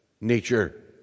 nature